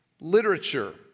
literature